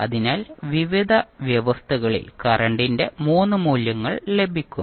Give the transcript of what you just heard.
അതിനാൽ വിവിധ വ്യവസ്ഥകളിൽ കറണ്ടിന്റെ 3 മൂല്യങ്ങൾ ലഭിക്കും